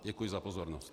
Děkuji za pozornost.